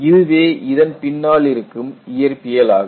இதுவே இதன் பின்னாலிருக்கும் இயற்பியல் ஆகும்